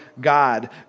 God